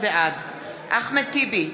בעד אחמד טיבי,